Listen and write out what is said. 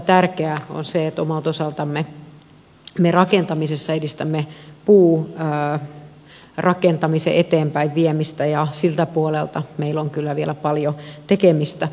tärkeää on se että omalta osaltamme me rakentamisessa edistämme puurakentamisen eteenpäinviemistä ja siltä puolelta meillä on kyllä vielä paljon tekemistä